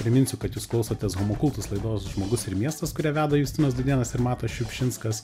priminsiu kad jūs klausotės homukultus laidos žmogus ir miestas kurią veda justinas dudėnas ir matas šiupšinskas